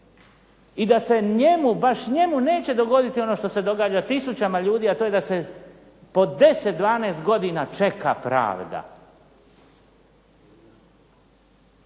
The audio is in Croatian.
i da se njemu, baš njemu neće dogoditi ono što se događa tisućama ljudi a to je da se po deset, dvanaest godina čeka pravda.